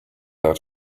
out